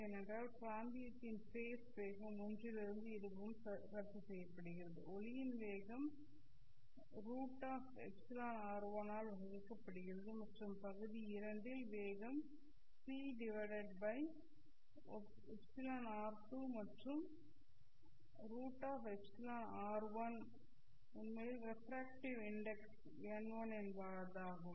ஏனென்றால் பிராந்தியத்தின் ஃபேஸ் வேகம் ஒன்றிலிருந்து இருபுறமும் ரத்து செய்யப்படுகிறது ஒளியின் வேகம் √εr1 ஆல் வகுக்கப்படுகிறது மற்றும் பகுதி 2 இல் வேகம் c√εr2 மற்றும் √εr1 உண்மையில் ரெஃப்ரக்ட்டிவ் இன்டெக்ஸ் n1 என்பதாகும்